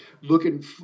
looking